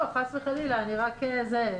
אתה באירוע שאתה רוצה לעצור הדבקה,